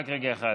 רק רגע אחד.